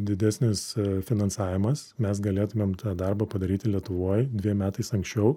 didesnis finansavimas mes galėtumėm tą darbą padaryti lietuvoj dviem metais anksčiau